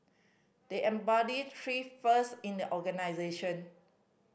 they embody three first in the organisation